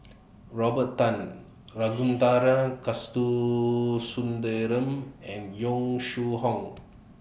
Robert Tan Ragunathar Kanagasuntheram and Yong Shu Hoong